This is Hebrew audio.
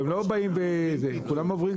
פיטום.